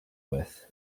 with